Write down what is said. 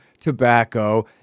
tobacco